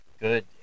good